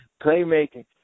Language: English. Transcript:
playmaking